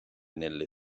nelle